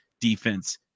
defense